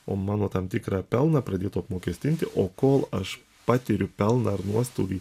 o mano tam tikrą pelną pradėtų apmokestinti o kol aš patiriu pelną ar nuostolį